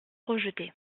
rejetée